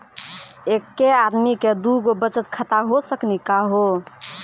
एके आदमी के दू गो बचत खाता हो सकनी का हो?